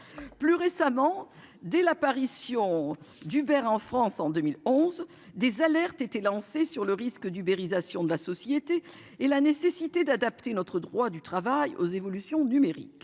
Plus récemment, dès l'apparition du verre en France en 2011. Des alertes été lancée sur le risque d'uberisation de la société et la nécessité d'adapter notre droit du travail aux évolutions numériques.